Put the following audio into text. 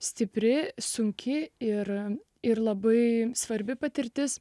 stipri sunki ir ir labai svarbi patirtis